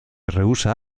rehúsa